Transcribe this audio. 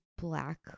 black